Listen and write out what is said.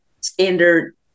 standard